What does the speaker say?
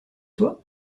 toi